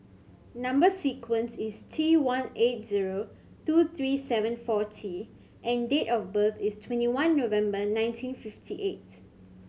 number sequence is T one eight zero two three seven four T and date of birth is twenty one November nineteen fifty eight